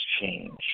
change